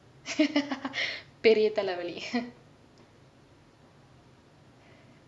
பெரிய தலே வலி:periya thalae vali